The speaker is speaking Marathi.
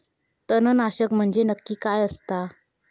तणनाशक म्हंजे नक्की काय असता?